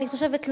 אני חושבת,